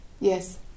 Yes